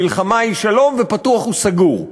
מלחמה היא שלום ופתוח הוא סגור,